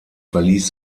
verließ